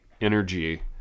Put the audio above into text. Energy